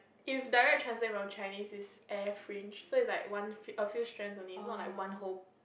if direct translate from Chinese is air fringe so is like one f~ few fringes only not like one whole